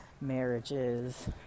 marriages